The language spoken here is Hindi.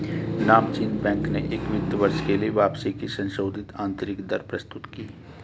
नामचीन बैंक ने इस वित्त वर्ष के लिए वापसी की संशोधित आंतरिक दर प्रस्तुत की